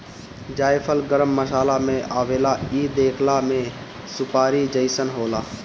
जायफल गरम मसाला में आवेला इ देखला में सुपारी जइसन होला